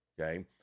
Okay